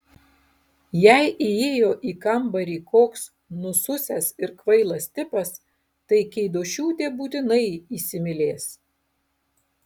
jei įėjo į kambarį koks nususęs ir kvailas tipas tai keidošiūtė būtinai įsimylės